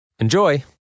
Enjoy